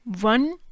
one